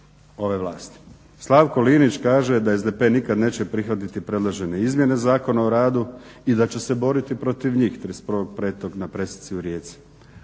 ove vlasti. Slavko Linić kaže da SDP nikada neće prihvatiti predložene izmjene Zakona o radu i da će se boriti protiv njih, 31.5. na presici u Rijeci.